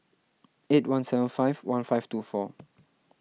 eight one seven five one five two four